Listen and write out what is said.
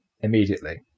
immediately